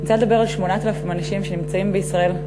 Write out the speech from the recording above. אני רוצה לדבר על 8,000 אנשים שנמצאים בישראל,